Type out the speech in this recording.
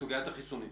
סוגיית החיסונים.